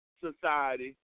society